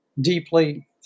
deeply